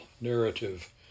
narrative